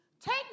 Take